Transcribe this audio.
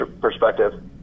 perspective